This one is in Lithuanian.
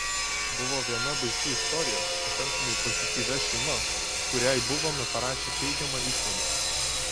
buvo viena baisi istorija su pakankamai pozityvia šeima kuriai buvome parašę teigiamą išvadą